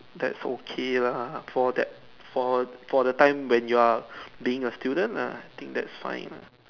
that's okay lah for that for the time when you are being a student lah think that's fine lah